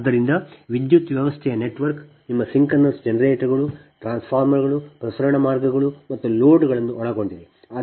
ಆದ್ದರಿಂದ ವಿದ್ಯುತ್ ವ್ಯವಸ್ಥೆಯ ನೆಟ್ವರ್ಕ್ ನಿಮ್ಮ ಸಿಂಕ್ರೊನಸ್ ಜನರೇಟರ್ಗಳು ಟ್ರಾನ್ಸ್ಫಾರ್ಮರ್ಗಳು ಪ್ರಸರಣ ಮಾರ್ಗಗಳು ಮತ್ತು ಲೋಡ್ಗಳನ್ನು ಒಳಗೊಂಡಿದೆ